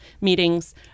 meetings